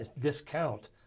discount